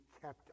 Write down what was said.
kept